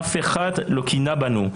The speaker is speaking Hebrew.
אף אחד לא קינא בנו.